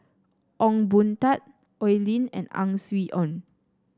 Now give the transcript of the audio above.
Ong Boon Tat Oi Lin and Ang Swee Aun